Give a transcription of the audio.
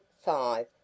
Five